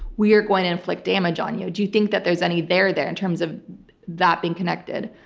we are going to inflict damage on you. do you think that there's any there, there in terms of that being connected?